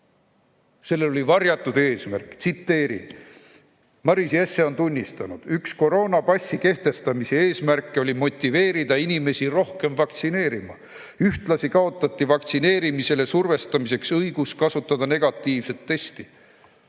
oli varjatud eesmärk. Maris Jesse on tunnistanud, et üks koroonapassi kehtestamise eesmärke oli motiveerida inimesi rohkem vaktsineerima. Ühtlasi kaotati vaktsineerimisele survestamiseks õigus kasutada negatiivset testi.